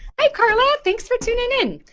hi carla, thanks for tuning in.